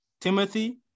Timothy